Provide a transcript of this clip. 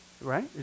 Right